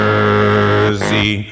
Jersey